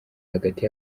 hagati